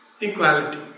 Equality